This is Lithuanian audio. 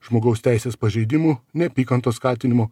žmogaus teisės pažeidimų neapykantos skatinimo